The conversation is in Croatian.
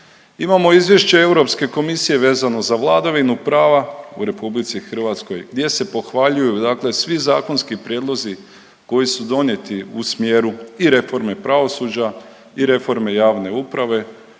Imamo izvješće Europske komisije vezano za vladavinu prava u RH gdje se pohvaljuju, dakle svi zakonski prijedlozi koji su donijeti u smjeru i reforme pravosuđa i reforme javne uprave,